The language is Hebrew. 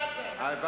העולם יהיה אתי.